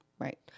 Right